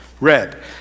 Red